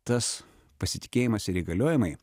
tas pasitikėjimas ir įgaliojimai